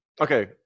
Okay